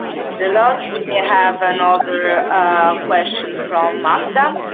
thanks a lot. we have another question from um anda.